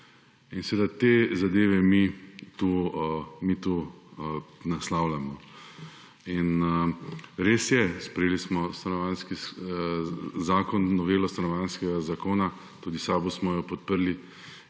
v tujini. Te zadeve mi tu naslavljamo. Res je, sprejeli smo novelo Stanovanjskega zakona, tudi v SAB smo jo podprli.